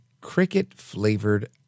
cricket-flavored